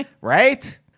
Right